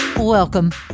Welcome